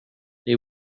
they